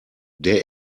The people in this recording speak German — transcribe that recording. der